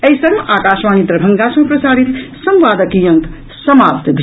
एहि संग आकाशवाणी दरभंगा सँ प्रसारित संवादक ई अंक समाप्त भेल